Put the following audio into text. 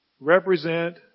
represent